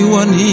one